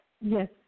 Yes